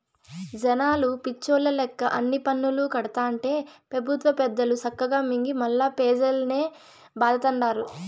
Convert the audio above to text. జనాలు పిచ్చోల్ల లెక్క అన్ని పన్నులూ కడతాంటే పెబుత్వ పెద్దలు సక్కగా మింగి మల్లా పెజల్నే బాధతండారు